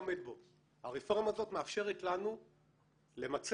הרפורמה הזאת מאפשרת לנו למצב,